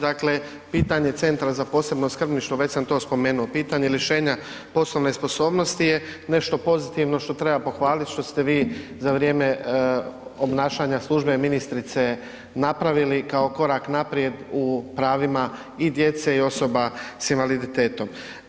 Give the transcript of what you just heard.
Dakle, pitanje Centra za posebno skrbništvo, već sam to spomenuo, pitanje rješenja poslovne sposobnosti je nešto pozitivno što treba pohvaliti, što ste vi za vrijeme obnašanja službe ministrice napravili kao korak naprijed u pravima i djece i osoba s invaliditetom.